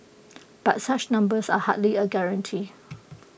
but such numbers are hardly A guarantee